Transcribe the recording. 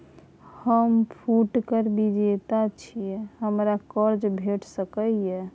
हम फुटकर विक्रेता छी, हमरा कर्ज भेट सकै ये?